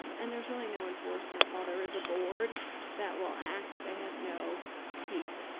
um and there's really no enforcement. while there is a board that will act, they have no teeth.